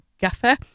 gaffer